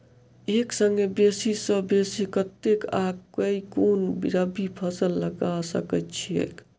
एक संगे बेसी सऽ बेसी कतेक आ केँ कुन रबी फसल लगा सकै छियैक?